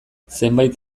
zenbait